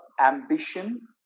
ambition